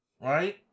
Right